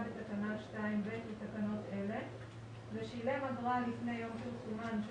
בתקנה 2(ב) לתקנות אלה ושילם אגרה לפני יום פרסומן של